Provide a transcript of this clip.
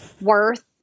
worth